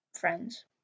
friends